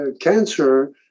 cancer